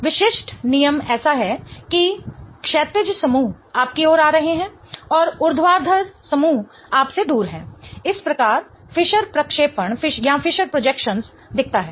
विशिष्ट नियम ऐसा है कि क्षैतिज समूह आपकी ओर आ रहे हैं और ऊर्ध्वाधर समूह आपसे दूर हैं इस प्रकार फिशर प्रक्षेपण दिखता है